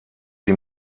sie